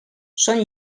són